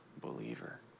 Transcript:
believer